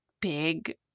big